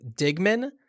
Digman